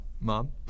Mom